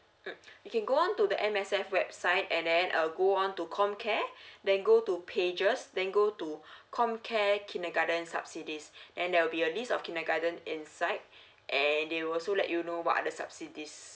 um you can go on to the M_S_F website and then go on to com care then go to pages then go to com care kindergarten subsidies then there will be a list of kindergarten inside and they will also let you know what other subsidies